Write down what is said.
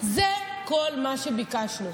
זה כל מה שביקשנו.